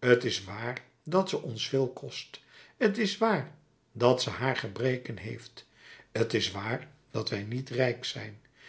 t is waar dat ze ons veel kost t is waar dat ze haar gebreken heeft t is waar dat wij niet rijk zijn